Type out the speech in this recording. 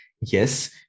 yes